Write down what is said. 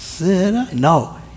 No